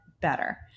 better